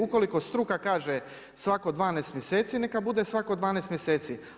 Ukoliko sutra kaže svatko 12 mjeseci, neka bude svatko 12 mjeseci.